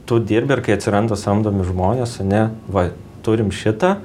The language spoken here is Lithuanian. tu dirbi ir kai atsiranda samdomi žmonės ane va turim šitą